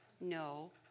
no